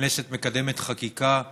הכנסת מקדמת חקיקה.